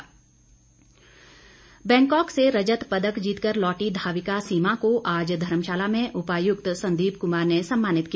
सम्मान बैंकॉक से रजत पदक जीतकर लौटी धाविका सीमा को आज धर्मशाला में उपायुक्त संदीप कुमार ने सम्मानित किया